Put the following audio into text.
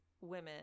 women